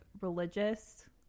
religious